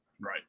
Right